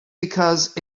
because